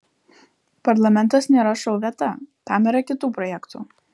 parlamentas nėra šou vieta tam yra kitų projektų